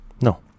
No